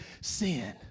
sin